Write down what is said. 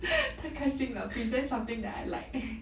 太开心了 present something that I like